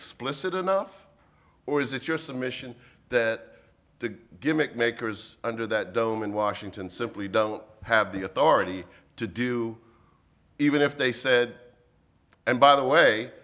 explicit enough or is it your submission that the gimmick makers under that dome in washington simply don't have the authority to do even if they said and by the way